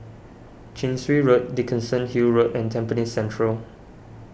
Chin Swee Road Dickenson Hill Road and Tampines Central